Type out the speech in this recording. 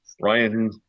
Ryan